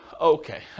Okay